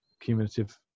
cumulative